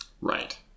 Right